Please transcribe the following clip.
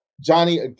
Johnny